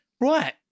Right